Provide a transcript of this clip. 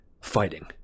fighting